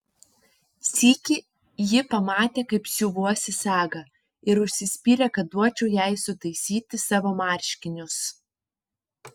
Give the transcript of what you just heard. sykį ji pamatė kaip siuvuosi sagą ir užsispyrė kad duočiau jai sutaisyti savo marškinius